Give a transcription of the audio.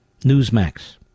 Newsmax